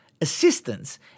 assistance